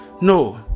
No